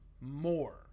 more